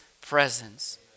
presence